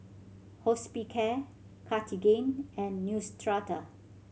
Hospicare Cartigain and Neostrata